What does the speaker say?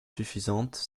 suffisantes